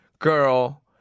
Girl